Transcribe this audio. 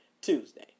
Tuesday